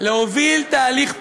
להוביל תהליך פשוט: